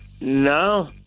No